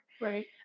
Right